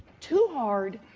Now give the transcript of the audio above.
too hard.